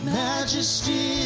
majesty